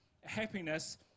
happiness